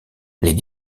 les